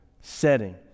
setting